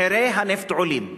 מחירי הנפט עולים.